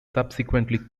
subsequently